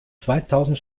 zweitausend